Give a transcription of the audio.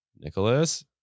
Nicholas